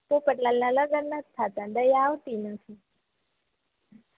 પોપટલાલના લગન નથ થાતાંને દયા આવતી નથી